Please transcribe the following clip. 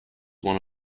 one